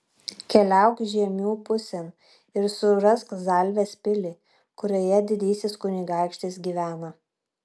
keliauk žiemių pusėn ir surask zalvės pilį kurioje didysis kunigaikštis gyvena